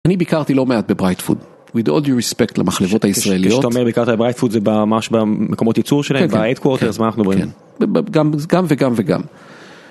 אני ביקרתי לא מעט בברייט פוד, with all due respect למחלבות הישראליות. כשאתה אומר ביקרתי בברייט פוד זה ממש במקומות ייצור שלהם, ב-headquarters, מה אנחנו מדברים? גם וגם וגם.